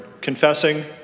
confessing